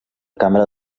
cambra